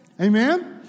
Amen